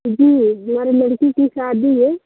जी हमारी लड़की की शादी है